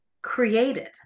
created